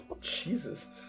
Jesus